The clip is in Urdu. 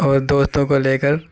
اور دوستوں کو لے کر